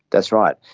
that's right.